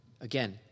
Again